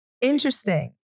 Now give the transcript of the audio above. Interesting